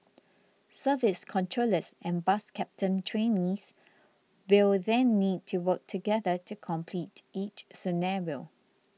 service controllers and bus captain trainees will then need to work together to complete each scenario